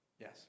yes